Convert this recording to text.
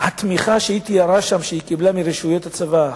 התמיכה שהיא תיארה שם שהיא קיבלה מרשויות הצבא,